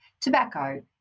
tobacco